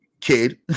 kid